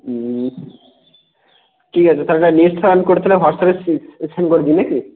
হুঁ ঠিক আছে তাহলে আর নেটটা অন করছি না হোয়াটসঅ্যাপে সেন্ড করে দিই না কি